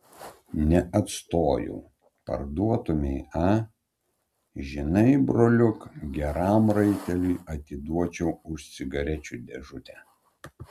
neatstojau parduotumei a žinai broliuk geram raiteliui atiduočiau už cigarečių dėžutę